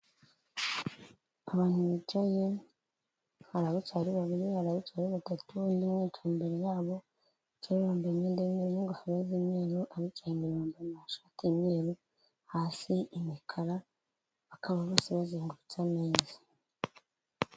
Abantu bicaye, hari abicaye ari babiri, hari abicaye ari batatu, undi umwe yicaye imbere yabo, abicaye bambaye imyenda y'imyeru n'ingofero z'imyeru, abicaye imbere bambaye amashati y'imyeru hasi umukara, bakaba bose bazengurutse ameza.